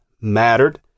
mattered